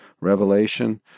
revelation